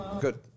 good